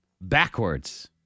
backwards